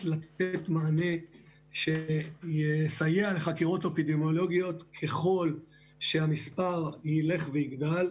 כדי לתת באמת מענה שיסייע לחקירות אפידמיולוגיות ככל שהמספר ילך ויגדל,